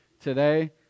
today